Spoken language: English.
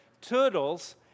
turtles